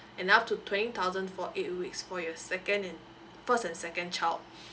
and up to twenty thousand for eight weeks for your second and first and second child